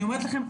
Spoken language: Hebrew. אני אומרת לכם,